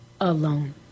alone